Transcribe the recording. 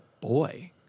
boy